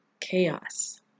chaos